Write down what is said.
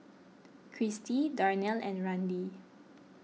Cristi Darnell and Randy